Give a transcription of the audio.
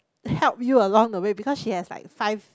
help you along a way because she has like five